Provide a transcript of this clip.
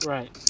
Right